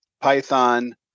Python